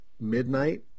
midnight